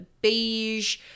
beige